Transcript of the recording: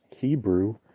Hebrew